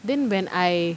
then when I